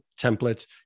templates